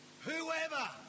Whoever